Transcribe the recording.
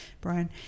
Brian